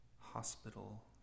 hospital